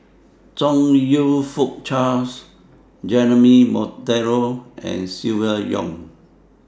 Chong YOU Fook Charles Jeremy Monteiro and Silvia Yong